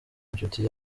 inshuti